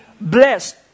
blessed